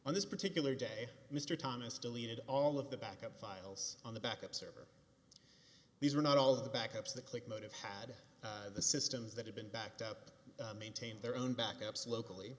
on this particular day mr thomas deleted all of the backup files on the backup server these are not all the backups the click motive had the systems that have been backed up maintain their own backups locally